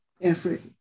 effort